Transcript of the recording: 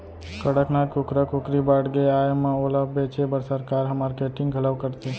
कड़कनाथ कुकरा कुकरी बाड़गे आए म ओला बेचे बर सरकार ह मारकेटिंग घलौ करथे